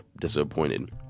disappointed